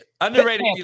underrated